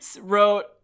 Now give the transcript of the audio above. wrote